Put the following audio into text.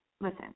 listen